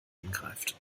angreift